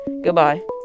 goodbye